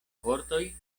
vortoj